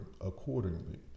accordingly